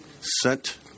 sent